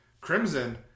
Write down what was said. Crimson